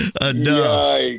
enough